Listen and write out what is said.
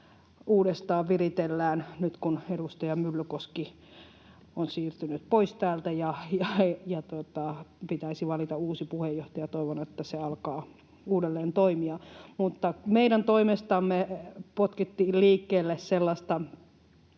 uudestaan. Nyt kun edustaja Myllykoski on siirtynyt pois täältä, niin pitäisi valita uusi puheenjohtaja, ja toivon, että se alkaa uudelleen toimia. Meidän toimestamme potkittiin liikkeelle sellainen